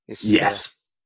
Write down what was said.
Yes